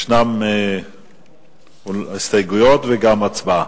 ישנן הסתייגויות וגם הצבעה.